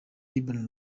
ribbon